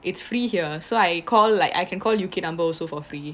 it's free here so I call like I can call U_K number also for free